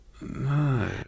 no